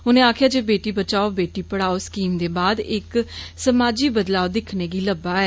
उनें आक्खेआ जे बेटी बचाओ बेटी पढ़ाओ स्कीम दे बोद इक समाजी बदलाव दिक्खने गी लबभा ऐ